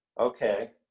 okay